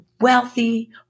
wealthy